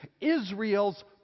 Israel's